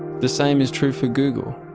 the same is true for google.